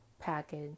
package